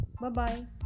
Bye-bye